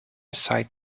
sight